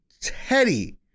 Teddy